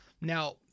Now